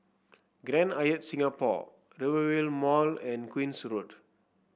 Grand Hyatt Singapore Rivervale Mall and Queen's Road